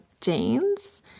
jeans